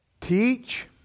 Teach